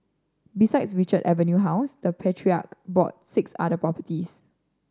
besides Richards Avenue house the patriarch brought six other properties